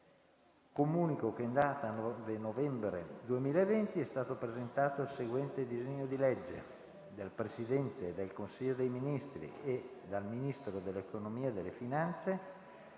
Comunico che in data 9 novembre 2020 è stato presentato il seguente disegno di legge: *dal Presidente del Consiglio dei ministri e dal Ministro dell'economia e delle finanze*: